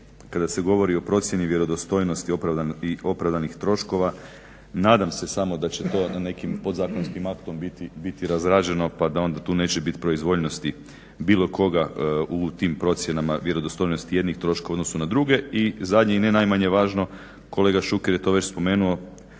6.kada se govori o procjeni vjerodostojnosti i opravdanih troškova nadam se samo da će to nekim podzakonskim aktom biti razrađeno pa da onda tu neće biti proizvoljnosti bilo koga u tim procjenama vjerodostojnosti jednih troškova u odnosu na druge. I zadnje i ne najmanje važno, kolega Šuker je to već spomenuo